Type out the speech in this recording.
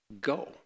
Go